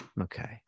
Okay